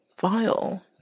Vile